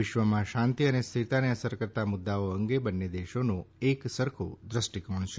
વિશ્વમાં શાંતિ અને સ્થિરતાને અસર કરતા મુદ્દાઓ અંગે બંને દેશોનો એક સરખો દ્રષ્ટિકોણ છે